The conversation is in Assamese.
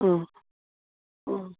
অঁ অঁ